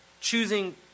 choosing